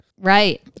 Right